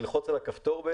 ללחוץ על הכפתור,